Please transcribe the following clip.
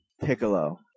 Piccolo